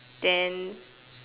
then